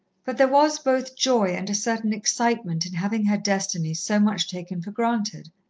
but there was both joy and a certain excitement in having her destiny so much taken for granted,